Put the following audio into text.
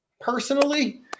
personally